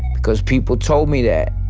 because people told me that,